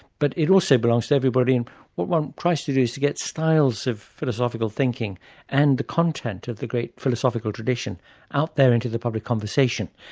but it also belongs to everybody, and what one tries to do is to get styles of philosophical thinking and the content of the great philosophical tradition out there into the public conversation.